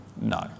No